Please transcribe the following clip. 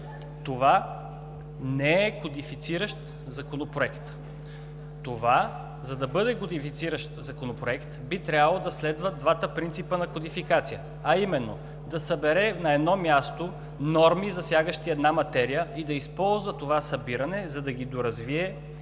това не е кодифициращ Законопроект. Това, за да бъде кодифициращ Законопроект, би трябвало да следва двата принципа на кодификация, а именно: да събере на едно място норми, засягащи една материя, и да използва това събиране, за да ги доразвие и